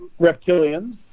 reptilians